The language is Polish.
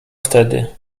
wtedy